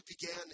began